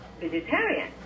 vegetarian